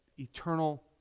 eternal